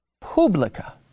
Publica